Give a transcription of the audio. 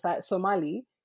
Somali